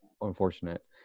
unfortunate